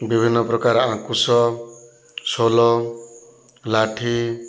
ବିଭିନ୍ନ ପ୍ରକାର ଆଙ୍କୁଶ ସୋଲ ଲାଠି